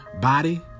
body